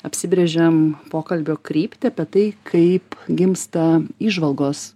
apsibrėžiam pokalbio kryptį apie tai kaip gimsta įžvalgos